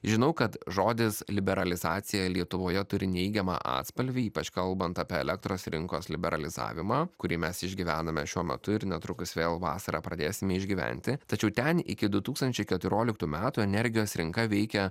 žinau kad žodis liberalizacija lietuvoje turi neigiamą atspalvį ypač kalbant apie elektros rinkos liberalizavimą kurį mes išgyvename šiuo metu ir netrukus vėl vasarą pradėsime išgyventi tačiau ten iki du tūkstančiai keturioliktų metų energijos rinka veikė